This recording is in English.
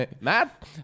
Matt